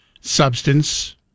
substance